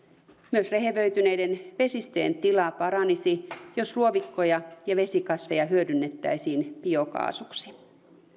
myös rehevöityneiden vesistöjen tila paranisi jos ruovikkoja ja vesikasveja hyödynnettäisiin biokaasuksi